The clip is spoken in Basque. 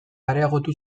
areagotu